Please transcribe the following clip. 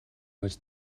болж